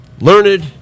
learned